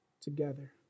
together